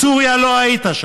בסוריה לא היית.